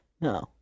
No